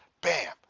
Bam